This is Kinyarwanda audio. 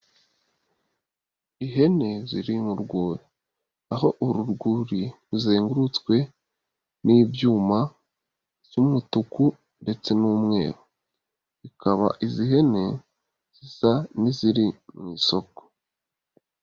Ihene ziri mu rwuri. Aho uru rwuri ruzengurutswe n'ibyuma z'umutuku ndetse n'umweru. Zikaba izi hene, zisa n'iziri mu isoko.